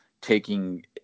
taking